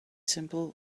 simple